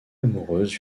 amoureuse